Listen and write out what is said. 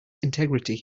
integrity